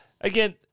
Again